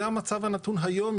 זה המצב הנתון היום,